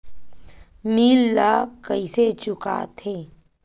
bill ला कइसे चुका थे